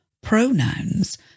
pronouns